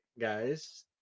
guys